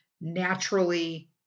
naturally